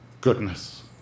goodness